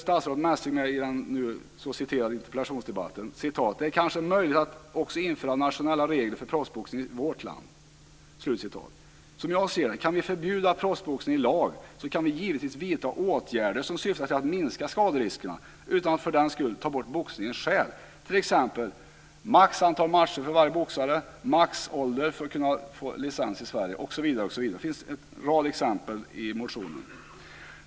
Statsrådet Messing sade i den nu så citerade interpellationsdebatten följande: "Det är kanske möjligt att också införa nationella regler för proffsboxning i vårt land". Om vi kan förbjuda proffsboxningen i lag kan vi, som jag ser det, givetvis vidta åtgärder som syftar till att minska skaderiskerna utan att för den skull ta bort boxningens själ. Det handlar t.ex. om maximalt antal matcher för varje boxare och en maximal ålder för att man ska kunna få licens i Sverige. Det finns en rad exempel i motionen.